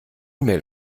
mail